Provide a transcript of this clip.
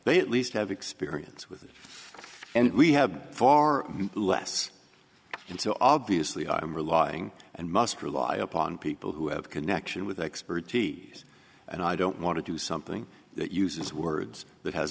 they at least have experience with it and we have far less than so obviously i'm relying and must rely upon people who have connection with expertise and i don't want to do something it uses words that has